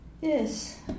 Yes